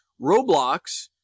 roblox